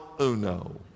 uno